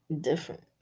different